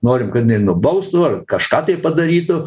norim kad nenubaustų ar kažką tai padarytų